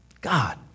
God